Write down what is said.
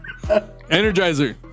Energizer